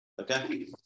Okay